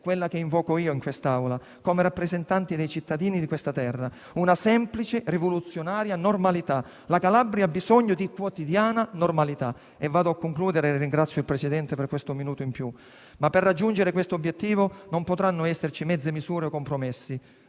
quella che invoco in quest'Aula, come rappresentante dei cittadini di questa terra, è una semplice e rivoluzionaria normalità; la Calabria ha bisogno di quotidiana normalità. Mi avvio a concludere e ringrazio il signor Presidente per avermi concesso un minuto di tempo in più. Per raggiungere questo obiettivo, non potranno esserci mezze misure o compromessi,